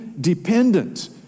dependent